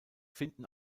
finden